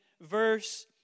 verse